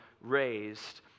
raised